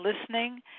listening